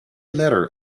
letter